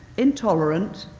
intolerant,